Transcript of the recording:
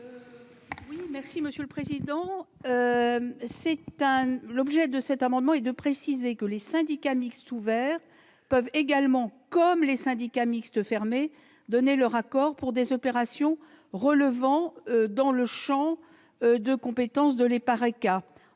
est à Mme la ministre. L'objet de cet amendement est de préciser que les syndicats mixtes ouverts peuvent également, comme les syndicats mixtes fermés, donner leur accord pour des opérations relevant du champ de compétence de l'EPARECA.